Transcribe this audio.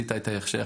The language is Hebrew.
שעשית את ההכשר.